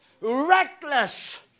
reckless